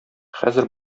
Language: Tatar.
хәзер